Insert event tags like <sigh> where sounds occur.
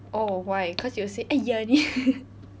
oh why cause you will say !aiya! <laughs>